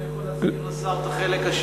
רק אם אני יכול להזכיר לשר את החלק השני,